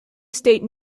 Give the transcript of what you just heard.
estate